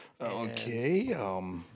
Okay